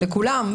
לכולם.